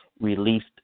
released